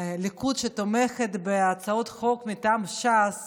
הליכוד שתומך בהצעות חוק מטעם ש"ס